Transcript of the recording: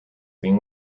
being